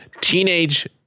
Teenage